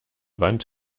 wand